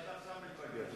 אני עד עכשיו מתרגש.